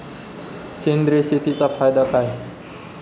सेंद्रिय शेतीचा फायदा काय?